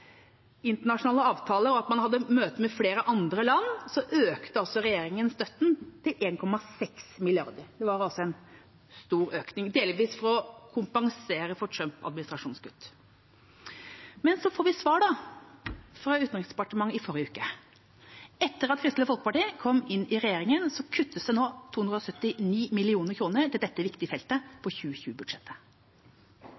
møte med flere andre land økte regjeringa støtten til 1,6 mrd. kr. Det var altså en stor økning, delvis for å kompensere for Trump-administrasjonens kutt. Men så fikk vi svar fra Utenriksdepartementet i forrige uke. Etter at Kristelig Folkeparti kom inn i regjeringa, kuttes det nå 279 mill. kr til dette viktige feltet